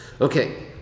Okay